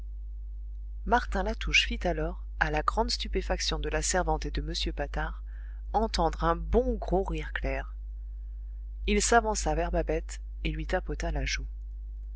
martin latouche fit alors à la grande stupéfaction de la servante et de m patard entendre un bon gros rire clair il s'avança vers babette et lui tapota la joue